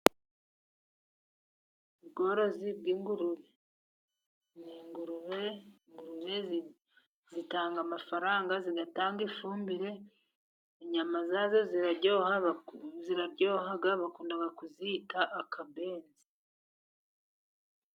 Ubworozi bw'ingurube, ni ingurube, ingurube zitanga amafaranga, zigatanga ifumbire. Inyama zazo ziraryoha bakunda kuzita akabenzi.